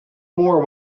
more